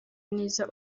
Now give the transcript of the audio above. neza